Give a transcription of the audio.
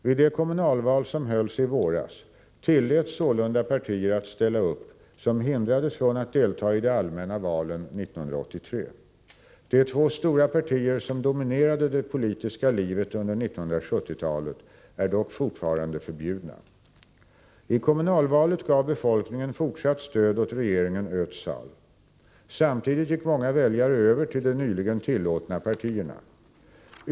Vid de kommunalval som hölls i våras tilläts sålunda partier att ställa upp, som hindrades från att delta i de allmänna valen 1983. De två stora partier som dominerade det politiska livet under 1970-talet är dock fortfarande förbjudna. I kommunalvalet gav befolkningen fortsatt stöd åt regeringen Özal. Samtidigt gick många väljare över till de nyligen tillåtna partierna.